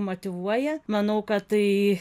motyvuoja manau kad tai